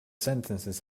sentences